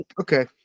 okay